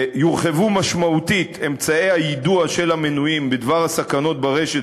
יורחבו משמעותית אמצעי היידוע של המנויים בדבר הסכנות ברשת